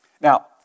Now